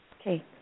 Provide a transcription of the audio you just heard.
Okay